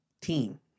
team